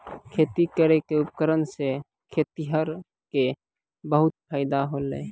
खेती केरो उपकरण सें खेतिहर क बहुत फायदा होलय